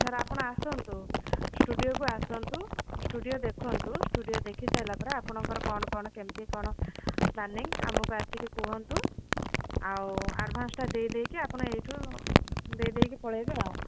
sir ଆପଣ ଆସନ୍ତୁ ସ୍ଟୁଡ଼ିଓକୁ ଆସନ୍ତୁ ସ୍ଟୁଡ଼ିଓ ଦେଖନ୍ତୁ ସ୍ଟୁଡ଼ିଓ ଦେଖିସାରିଲା ପରେ ଆପଣଙ୍କର କ'ଣ କ'ଣ କେମିତି କ'ଣ ପ୍ଲାନିଙ୍ଗି ଆମକୁ ଆସି କୁହନ୍ତୁ ଆଉ ଆଡ଼ଭାନ୍ସଟା ଦେଇ ଦେଇକି ଆପଣ ଏହିଠୁ ଦେଇଦେଇକି ପଳାଇବେ ଆଉ